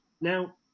now